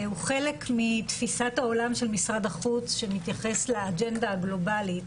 הוא חלק מתפיסת העולם של משרד החוץ שמתייחס לאג'נדה הגלובלית